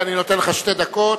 אני נותן לך שתי דקות.